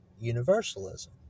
universalism